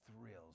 thrills